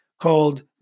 called